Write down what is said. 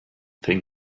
thing